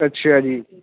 ਅੱਛਾ ਜੀ